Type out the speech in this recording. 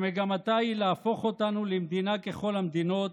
שמגמתה היא להפוך אותנו למדינה ככל המדינות,